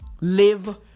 Live